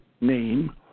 name